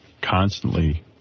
Constantly